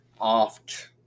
oft